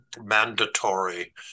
mandatory